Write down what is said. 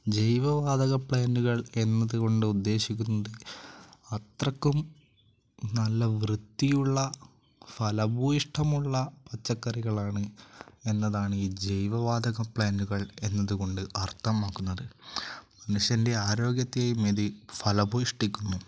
ജൈവവാതക പ്ലാൻറ്റുകൾ എന്നത് കൊണ്ട് ഉദ്ദേശിക്കുന്നു അത്രക്കും നല്ല വൃത്തിയുള്ള ഫലഭൂയിഷ്ടമുള്ള പച്ചക്കറികളാണ് എന്നതാണ് ഈ ജൈവവാതക പ്ലാൻറ്റുകൾ എന്നത്കൊണ്ട് അർത്ഥമാക്കുന്നത് മനുഷ്യൻ്റെ ആരോഗ്യത്തെയും ഇത് ഫലഭൂയിഷ്ടിക്കുന്നു